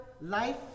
life